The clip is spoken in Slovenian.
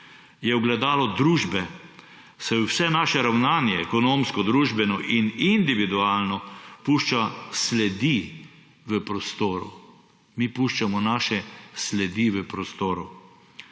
Je ogledalo družbe, saj vse naše ravnanje – ekonomsko, družbeno in individualno – pušča sledi v prostoru. Mi puščamo naše sledi v prostoru,